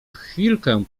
chwilkę